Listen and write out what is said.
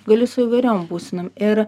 galiu su įvairiom būsenom ir